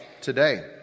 today